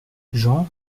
jean